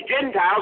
Gentiles